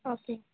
okay